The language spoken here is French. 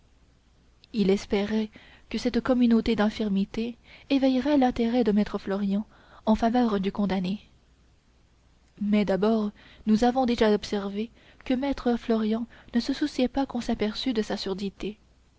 il espérait que cette communauté d'infirmité éveillerait l'intérêt de maître florian en faveur du condamné mais d'abord nous avons déjà observé que maître florian ne se souciait pas qu'on s'aperçût de sa surdité